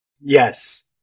Yes